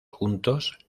juntos